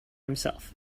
himself